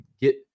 get